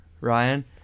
ryan